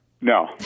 No